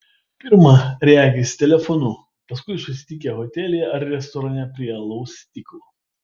pirma regis telefonu paskui susitikę hotelyje ar restorane prie alaus stiklo